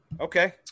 Okay